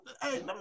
hey